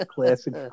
Classic